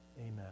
amen